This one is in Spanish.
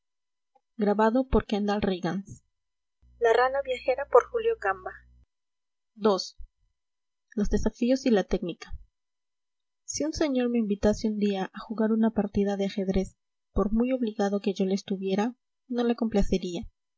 ii los desafíos y la técnica si un señor me invitase un día a jugar una partida de ajedrez por muy obligado que yo le estuviera no le complacería